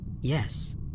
Yes